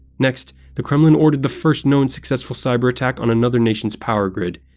next, the kremlin ordered the first known successful cyberattack on another nation's power grid,